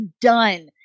done